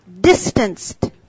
distanced